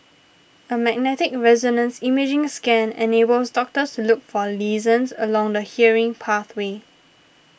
a magnetic resonance imaging scan enables doctors to look for lesions along the hearing pathway